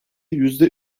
yüzde